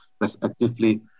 respectively